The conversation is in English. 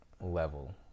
level